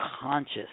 conscious